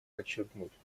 подчеркнуть